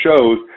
shows